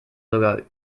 sogar